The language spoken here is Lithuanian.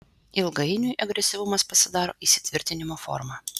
ilgainiui agresyvumas pasidaro įsitvirtinimo forma